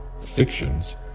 fictions